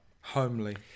homely